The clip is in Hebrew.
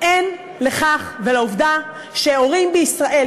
אין לכך ולעובדה שהורים בישראל,